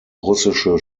russische